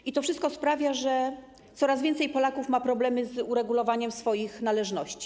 I to wszystko sprawia, że coraz więcej Polaków ma problemy z uregulowaniem swoich należności.